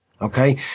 Okay